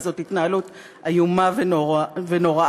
זאת התנהלות איומה ונוראה,